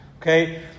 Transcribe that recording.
okay